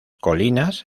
colinas